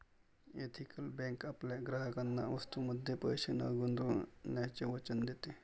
ethical bank आपल्या ग्राहकांना वस्तूंमध्ये पैसे न गुंतवण्याचे वचन देते